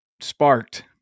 sparked